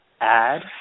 add